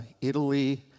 Italy